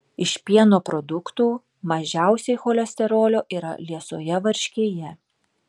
iš pieno produktų mažiausiai cholesterolio yra liesoje varškėje